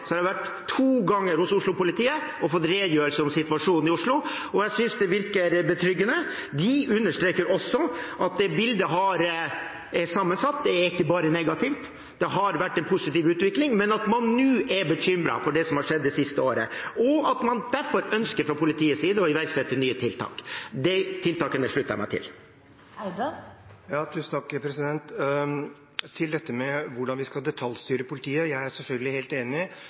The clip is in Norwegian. har jeg vært to ganger hos Oslo-politiet og fått redegjørelse om situasjonen i Oslo, og jeg synes det virker betryggende. De understreker også at bildet er sammensatt, det er ikke bare negativt. Det har vært en positiv utvikling, men man er nå er bekymret for det som har skjedd det siste året, og man ønsker derfor fra politiets side å iverksette nye tiltak. De tiltakene slutter jeg meg til. Til dette med hvordan vi skal detaljstyre politiet: Jeg er selvfølgelig helt enig